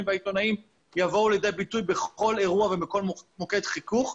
והעיתונאים יבואו לידי ביטוי בכל אירוע ובכל מוקד חיכוך,